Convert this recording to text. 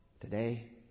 Today